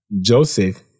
Joseph